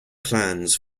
plans